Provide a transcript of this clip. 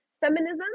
feminism